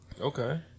Okay